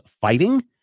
fighting